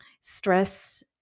Stress